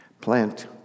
Plant